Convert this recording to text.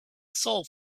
soul